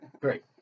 great